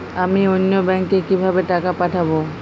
আমি অন্য ব্যাংকে কিভাবে টাকা পাঠাব?